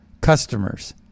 customers